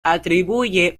atribuye